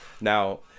Now